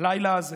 הלילה הזה